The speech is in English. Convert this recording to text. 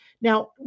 Now